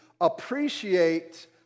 appreciate